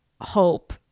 hope